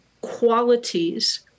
qualities